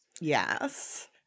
Yes